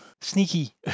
sneaky